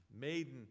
maiden